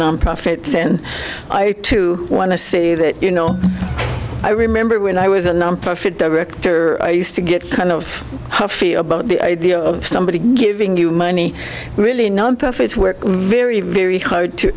non profits and i too want to see that you know i remember when i was a nonprofit director i used to get kind of huffy about the idea of somebody giving you money really nonprofits work very very hard to